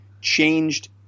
changed